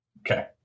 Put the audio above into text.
Okay